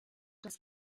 das